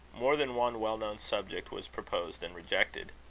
more than one well-known subject was proposed and rejected.